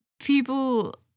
people